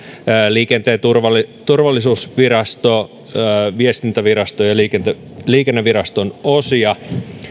liikenteen turvallisuusvirasto viestintävirasto ja liikenneviraston osia